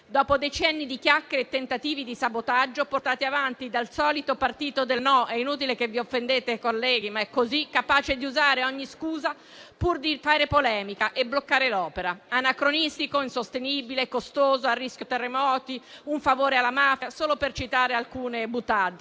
dopo decenni di chiacchiere e tentativi di sabotaggio portati avanti dal solito partito del no - è inutile che vi offendete, colleghi, è così - capace di usare ogni scusa pur di fare polemica e bloccare l'opera. Anacronistico, insostenibile, costoso, a rischio terremoti, un favore alla mafia: solo per citare alcune *boutade*.